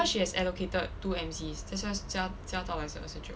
cause she has allocated two M_C that's why 加加到来是二十九